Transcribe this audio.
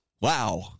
Wow